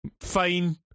fine